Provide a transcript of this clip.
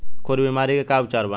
खुर बीमारी के का उपचार बा?